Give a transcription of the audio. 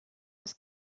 ist